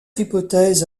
hypothèse